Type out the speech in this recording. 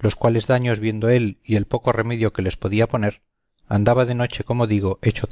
los cuales daños viendo él y el poco remedio que les podía poner andaba de noche como digo hecho